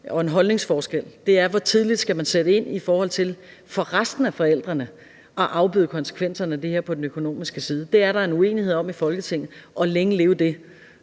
for en holdningsforskel, er, hvor tidligt man i forhold til resten af forældrene skal sætte ind for at afbøde konsekvenserne af det her på den økonomiske side. Det er der en uenighed om i Folketinget – og længe leve det,